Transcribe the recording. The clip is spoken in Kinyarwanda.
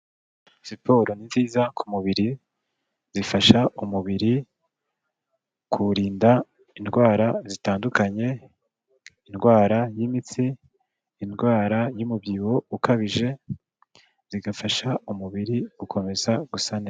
Siporo ni nziza ku mubiri, zifasha umubiri kuwurinda indwara zitandukanye, indwara y'imitsi, indwara y'umubyibuho ukabije, zigafasha umubiri gukomeza gusa neza.